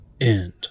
End